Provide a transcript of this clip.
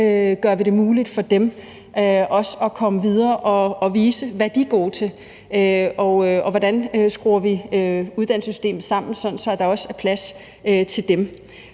gør vi det muligt for dem også at komme videre og vise, hvad de er gode til, og hvordan skruer vi et uddannelsessystem sammen, så der også er plads til dem?